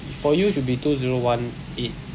for you should be two zero one eight